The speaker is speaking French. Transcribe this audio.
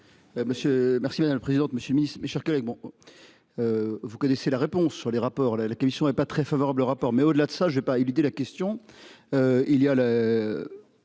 Merci madame la présidente. Monsieur le Ministre, mes chers collègues. Bon. Vous connaissez la réponse sur les rapports là la question est pas très favorable, rapport mais au-delà de ça, je ne veux pas éluder la question.